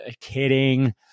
Kidding